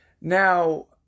now